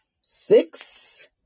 six